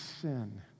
sin